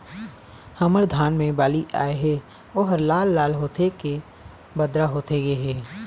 हमर धान मे बाली आए हे ओहर लाल लाल होथे के बदरा होथे गे हे?